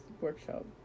workshop